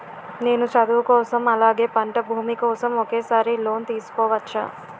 నేను చదువు కోసం అలాగే పంట భూమి కోసం ఒకేసారి లోన్ తీసుకోవచ్చా?